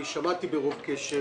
שמעתי ברוב קשב,